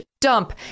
dump